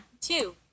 two